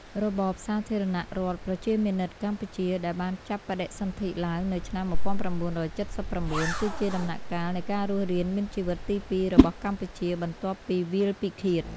របបសាធារណរដ្ឋប្រជាមានិតកម្ពុជា ដែលបានចាប់បដិសន្ធិឡើងនៅឆ្នាំ ១៩៧៩ គឺជាដំណាក់កាលនៃការរស់រានមានជីវិតទីពីររបស់កម្ពុជាបន្ទាប់ពីវាលពិឃាត។